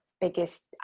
biggest